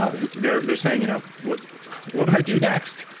ah they're they're saying, you know what what do i do next?